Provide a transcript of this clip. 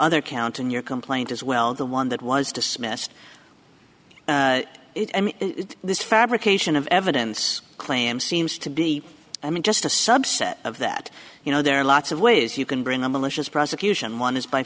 other count in your complaint as well the one that was dismissed it and this fabrication of evidence claim seems to be i mean just a subset of that you know there are lots of ways you can bring a malicious prosecution one is by